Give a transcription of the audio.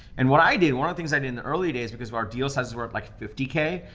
and what i did, one of the things i did in the early days because of our deals sizes were like fifty k,